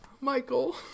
Michael